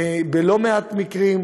בלא מעט מקרים,